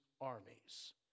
armies